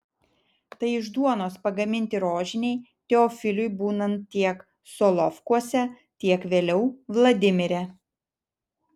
tai iš duonos pagaminti rožiniai teofiliui būnant tiek solovkuose tiek vėliau vladimire